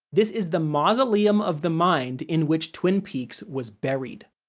this is the mausoleum of the mind in which twin peaks was buried.